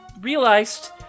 realized